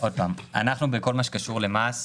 אני שואל למה לא לעגל את זה גם כלפי מטה,